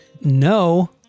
no